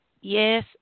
Yes